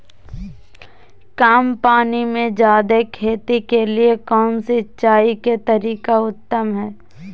कम पानी में जयादे खेती के लिए कौन सिंचाई के तरीका उत्तम है?